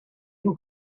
who